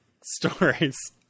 stories